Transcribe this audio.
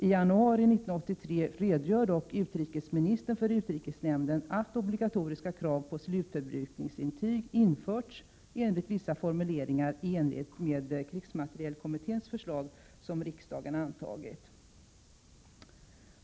I januari 1983 meddelar dock utrikesministern vid utrikesnämndens sammanträde att obligatoriska krav på slutförbrukningsintyginförts enligt vissa formuleringar i enlighet med krigsmaterielkommitténs förslag som riksdagen antagit.